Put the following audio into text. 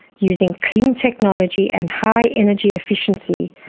using clean technology and high energy efficiency,